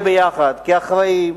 בואו נשב יחד, כאחראים,